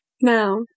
now